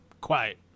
quiet